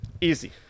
Easy